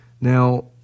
Now